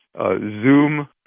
Zoom